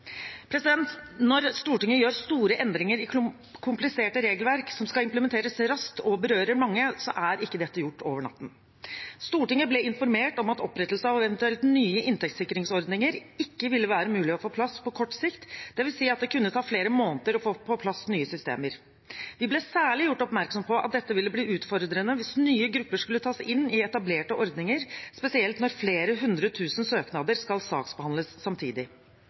Når Stortinget gjør store endringer i kompliserte regelverk som skal implementeres raskt og berører mange, er ikke dette gjort over natten. Stortinget ble informert om at opprettelse av eventuelt nye inntektssikringsordninger ikke ville være mulig å få på plass på kort sikt, dvs. at det kunne ta flere måneder å få på plass nye systemer. Vi ble særlig gjort oppmerksom på at dette ville bli utfordrende hvis nye grupper skulle tas inn i etablerte ordninger, spesielt når flere hundre tusen søknader skal saksbehandles samtidig.